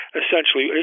essentially